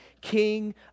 King